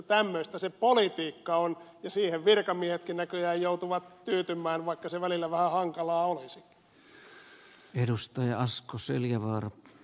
tämmöistä se politiikka on ja siihen virkamiehetkin näköjään joutuvat tyytymään vaikka se välillä vähän hankalaa olisikin